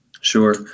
Sure